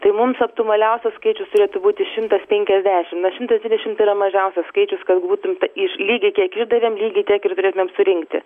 tai mums optimaliausias skaičius turėtų būti šimtas penkiasdešim nes šimtas dvidešim tai yra mažiausias skaičius kad būtum iš lygiai kiek išdavėm lygiai tiek ir galėtumėm surinkti